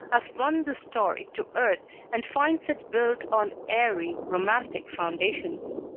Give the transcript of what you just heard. has run this story to earth and finds it built on airy, romantic foundations.